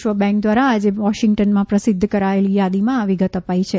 વિશ્વ બેંક દ્વારા આજે વોશિંગ્ટનમાં પ્રસિદ્ધ કરાયેલી યાદીમાં આ વિગત અપાઈ છે